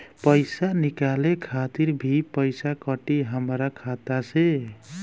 पईसा निकाले खातिर भी पईसा कटी हमरा खाता से?